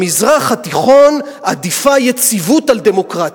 במזרח התיכון עדיפה יציבות על דמוקרטיה.